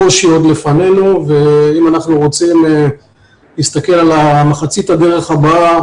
הקושי עוד לפנינו ואם אנחנו רוצים להסתכל על מחצית הדרך הבאה,